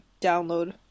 download